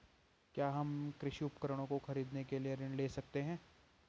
क्या हम कृषि उपकरणों को खरीदने के लिए ऋण ले सकते हैं?